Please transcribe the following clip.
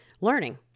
learning